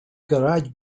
garage